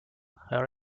her